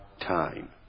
time